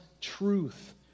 truth